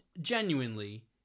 genuinely